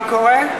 מה קורה?